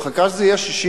היא מחכה שזה יהיה 60%?